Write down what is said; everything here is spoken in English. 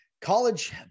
college